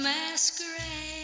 Masquerade